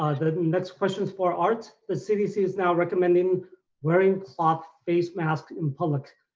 ah the next question's for art. the cdc is now recommending wearing cloth face masks in public.